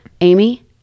Amy